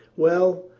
well.